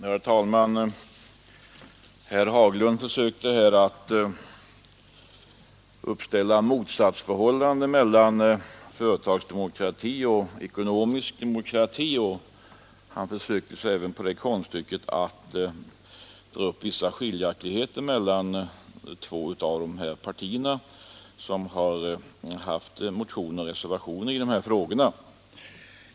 Herr talman! Herr Haglund försökte att konstruera ett motsatsförhållande mellan företagsdemokrati och ekonomisk demokrati och han försökte sig även på det konststycket att dra upp vissa skiljaktigheter mellan två av de partier som har motionerat och reserverat sig i dessa frågor.